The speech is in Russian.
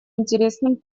интересным